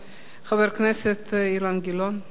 חבר הכנסת אילן גילאון, בבקשה.